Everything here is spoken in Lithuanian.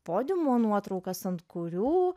podiumo nuotraukas ant kurių